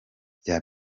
bya